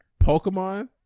Pokemon